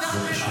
חבר הכנסת,